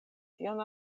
tion